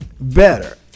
better